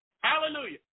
Hallelujah